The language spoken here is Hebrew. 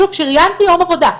שוב, שריינתי יום עבודה.